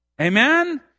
Amen